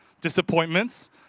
disappointments